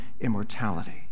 immortality